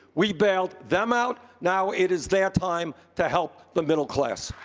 we bailed them out. now it is their time to help the middle class.